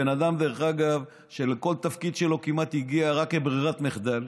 בן אדם שלכל תפקיד שלו כמעט הגיע רק כברירת מחדל,